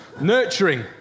nurturing